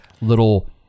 little